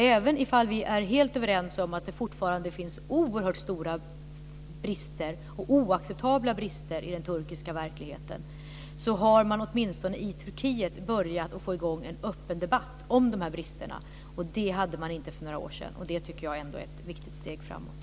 Även om vi är helt överens om att det fortfarande finns oerhört stora och oacceptabla brister i den turkiska verkligheten har man åtminstone i Turkiet börjat få i gång en öppen debatt om bristerna. Det hade man inte för några år sedan, och det tycker jag ändå är ett viktigt steg framåt.